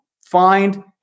find